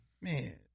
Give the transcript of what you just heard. Man